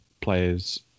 players